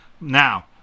Now